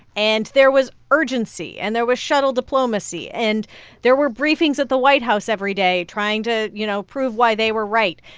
and there was urgency, and there was shuttle diplomacy, and there were briefings at the white house every day trying to, to, you know, prove why they were right.